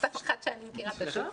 סתם אחת שאני מכירה פשוט.